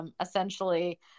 essentially